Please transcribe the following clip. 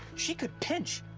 she could pinch.